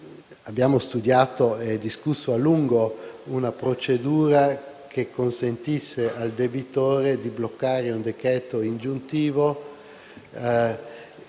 abbiamo studiato e discusso a lungo una procedura che consentisse al debitore di bloccare il decreto ingiuntivo,